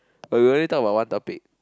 but we only talk about one topic